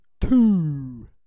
Two